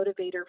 motivator